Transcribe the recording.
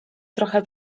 trochę